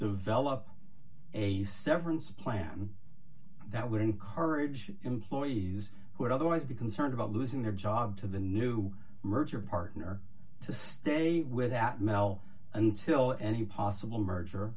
develop a severance plan that would encourage employees who would otherwise be concerned about losing their job to the new merger partner to stay with that mel until any possible merger